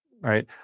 Right